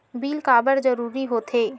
Bill काबर जरूरी होथे?